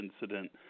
incident